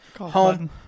home